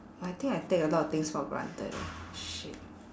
!wah! I think I take a lot of things for granted eh shit